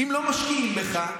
אם לא משקיעים בך,